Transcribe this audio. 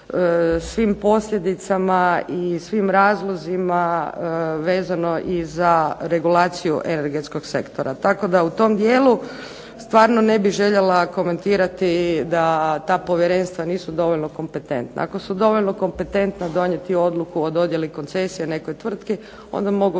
svim posljedicama i svim razlozima vezano i za regulaciju energetskog sektora, tako da u tom dijelu stvarno ne bih željela komentirati da ta povjerenstva nisu dovoljno kompetentna. Ako su dovoljno kompetentna donijeti odluku o dodjeli koncesije nekoj tvrtki, onda mogu